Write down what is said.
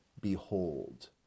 behold